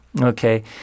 okay